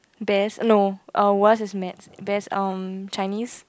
best no uh worst is Maths best um Chinese